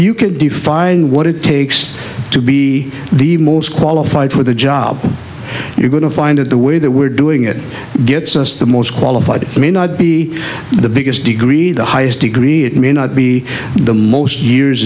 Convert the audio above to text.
you could define what it takes to be the most qualified for the job you're going to find that the way that we're doing it gets us the most qualified may not be the biggest degree the highest degree it may not be the most year